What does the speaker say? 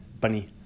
Bunny